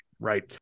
right